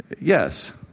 Yes